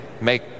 make